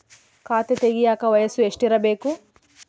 ಖಾತೆ ತೆಗೆಯಕ ವಯಸ್ಸು ಎಷ್ಟಿರಬೇಕು?